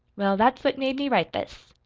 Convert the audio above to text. well, that's what made me write this.